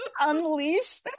unleash